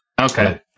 Okay